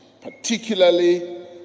particularly